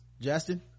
Justin